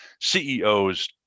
CEOs